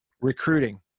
recruiting